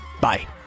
Bye